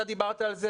אתה דיברת על זה,